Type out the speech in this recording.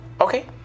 Okay